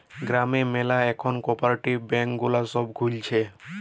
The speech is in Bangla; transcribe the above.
গ্রাম ম্যালা এখল কপরেটিভ ব্যাঙ্ক গুলা সব খুলছে